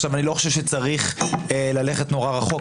אני לא חושב שצריך ללכת נורא רחוק,